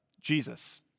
Jesus